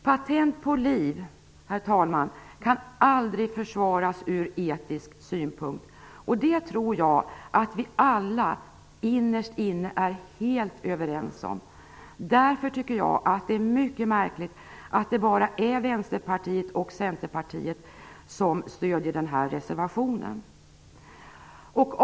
Patent på liv, herr talman, kan aldrig försvaras ur etisk synpunkt. Det tror jag att vi alla innerst inne är helt överens om. Därför tycker jag att det är mycket märkligt att det bara är Vänsterpartiet och Centerpartiet som stödjer reservationen på den punkten.